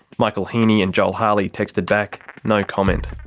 michael heaney and joel harley texted back no comment.